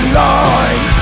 line